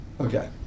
Okay